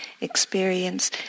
experience